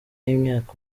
y’imyaka